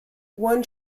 one